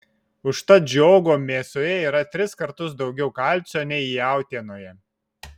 užtat žiogo mėsoje yra tris kartus daugiau kalcio nei jautienoje